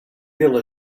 feel